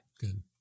Good